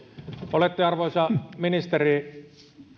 olette arvoisa ministeri